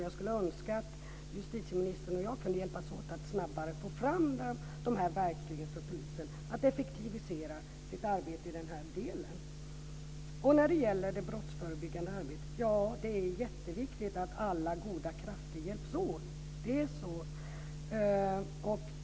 Jag skulle önska att justitieministern och jag kunde hjälpas åt att snabbare få fram de här verktygen för polisen, så att de skulle kunna effektivisera sitt arbete i den här delen. När det gäller det brottsförebyggande arbetet är det jätteviktigt att alla goda krafter hjälps åt. Det är så.